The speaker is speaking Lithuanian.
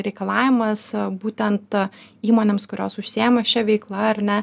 reikalavimas būtent įmonėms kurios užsiima šia veikla ar ne